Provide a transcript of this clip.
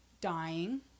dying